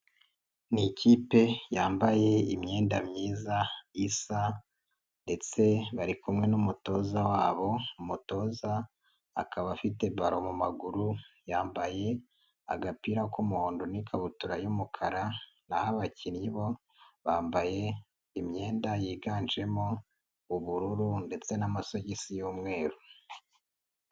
Ni ikipe yambaye imyenda myiza isa, ndetse bari kumwe n'umutoza wabo. Umutoza akaba afite balo mu maguru yambaye agapira k'umuhondo n'ikabutura y'umukara, naho abakinnyi bo bambaye imyenda yiganjemo ubururu ndetse n'amasogisi y'umweru.